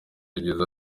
yagize